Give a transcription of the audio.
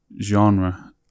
genre